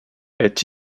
est